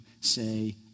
say